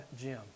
Jim